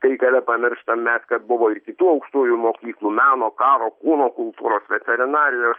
kai kada pamirštam mes kad buvo ir kitų aukštųjų mokyklų meno karo kūno kultūros veterinarijos